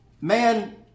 Man